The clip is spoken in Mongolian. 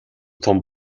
тун